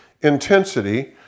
intensity